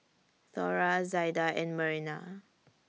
Thora Zaida and Myrna